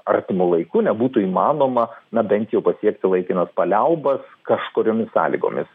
artimu laiku nebūtų įmanoma na bent jau pasiekti laikinas paliaubas kažkuriomis sąlygomis